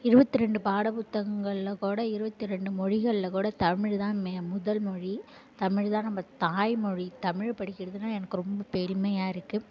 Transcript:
இருபத்து ரெண்டு பாட புத்தகங்களில் கூட இருபத்தி ரெண்டு மொழிகளில் கூட தமிழ் தான் மே முதல்மொழி தமிழ் தான் நம்ம தாய்மொழி தமிழ் படிக்கிறதுனா எனக்கு ரொம்ப பெருமையாக இருக்குது